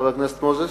חבר הכנסת מוזס,